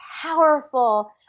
powerful